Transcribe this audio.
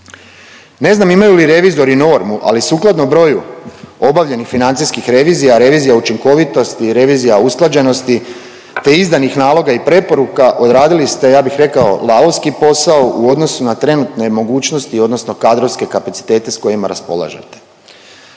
Ne znam imaju li revizori normu, ali sukladno broju obavljenih financijskih revizija, revizija učinkovitosti, revizija usklađenosti, te izdanih naloga i preporuka odradili ste ja bih rekao lavovski posao u odnosu na trenutne mogućnosti, odnosno kadrovske kapacitete sa kojima raspolažete.